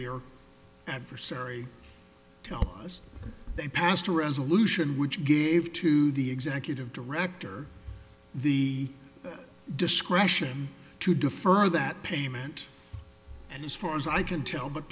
your adversary tell us they passed a resolution which gave to the executive director the discretion to defer that payment and as far as i can tell but